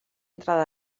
entrada